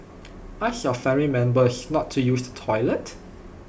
ask your family members not to use the toilet